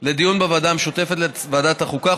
לדיון בוועדה המשותפת לוועדת החוקה,